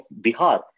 Bihar